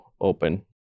open